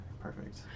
Perfect